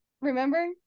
Remember